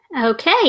okay